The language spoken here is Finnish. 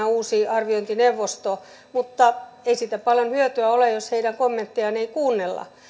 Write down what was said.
ja uusi arviointineuvosto mutta ei siitä paljon hyötyä ole jos heidän kommenttejaan ei kuunnella